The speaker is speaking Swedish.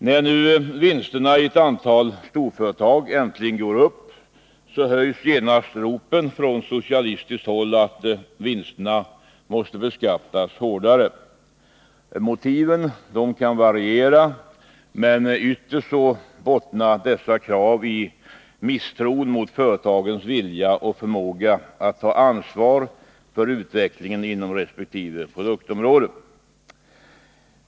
När nu vinsterna i ett antal . orföretag äntligen går upp, höjs genast ropen från socialistiskt håll att vinsterna måste beskattas hårdare. Motiven kan variera, men ytterst bottnar dessa krav i misstron mot företagens vilja och förmåga att ta ansvar för utvecklingen inom resp. produktområde.